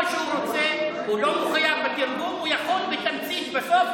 שהיא היועצת המשפטית,